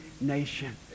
nation